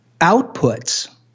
outputs